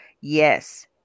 yes